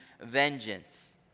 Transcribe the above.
vengeance